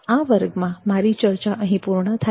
આ વર્ગમાં મારી ચર્ચા અહીં પૂર્ણ થાય છે